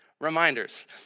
Reminders